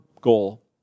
goal